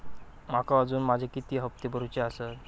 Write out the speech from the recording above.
माका अजून माझे किती हप्ते भरूचे आसत?